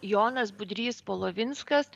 jonas budrys polovinskas